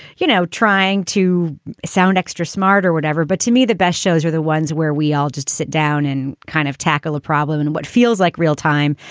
you know, trying to sound extra smart or whatever. but to me, the best shows are the ones where we all just sit down and kind of tackle a problem in what feels like real time.